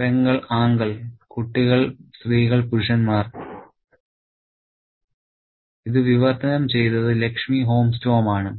പെങ്ങൾ ആങ്കൽ കുട്ടികൾ സ്ത്രീകൾ പുരുഷന്മാർ ഇത് വിവർത്തനം ചെയ്തത് ലക്ഷ്മി ഹോംസ്റ്റോം ആണ്